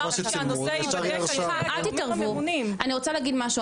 אני רוצה להגיד משהו,